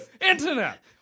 Internet